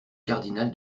cardinal